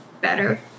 better